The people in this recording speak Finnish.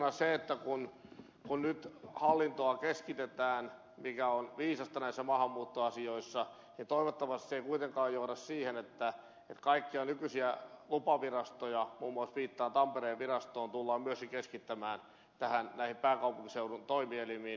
toisena kun nyt hallintoa keskitetään mikä on viisasta näissä maahanmuuttoasioissa toivottavasti se ei kuitenkaan johda siihen että kaikkia nykyisiä lupavirastoja muun muassa viittaan tampereen virastoon tullaan myöskin keskittämään näihin pääkaupunkiseudun toimielimiin